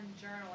Journal